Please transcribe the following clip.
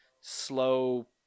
slow